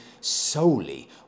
solely